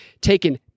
taken